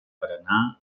berenar